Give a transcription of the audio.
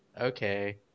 Okay